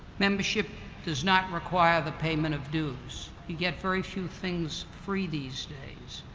membership does not require the payment of dues. you get very few things free these days.